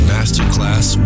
Masterclass